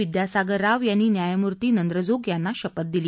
विद्यासागर राव यांनी न्यायमूर्ती नंद्रजोग यांना शपथ दिली